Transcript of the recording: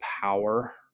power